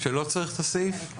שלא צריך את הסעיף?